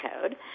code